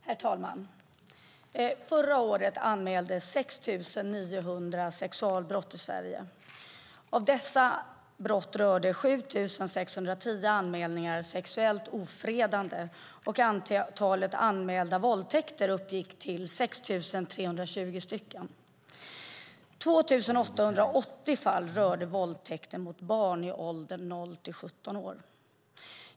Herr talman! Förra året anmäldes 16 900 sexualbrott i Sverige. Av dessa brott rörde 7 610 anmälningar sexuellt ofredande, och antalet anmälda våldtäkter uppgick till 6 320. 2 880 fall rörde våldtäkter mot barn i åldrarna 0-17 år.